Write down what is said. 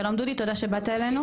שלום דודי תודה שבאת אלינו.